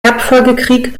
erbfolgekrieg